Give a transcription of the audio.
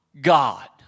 God